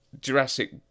jurassic